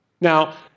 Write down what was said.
Now